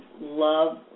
love